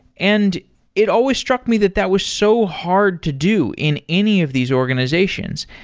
and it always struck me that that was so hard to do in any of these organizations.